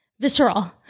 Visceral